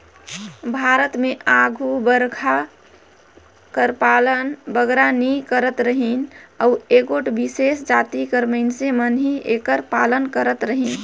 भारत में आघु बरहा कर पालन बगरा नी करत रहिन अउ एगोट बिसेस जाति कर मइनसे मन ही एकर पालन करत रहिन